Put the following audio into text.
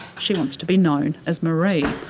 she wants to be known as marie.